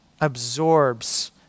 absorbs